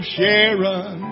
Sharon